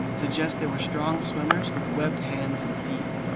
suggest they were strong swimmers with webbed hands and feet.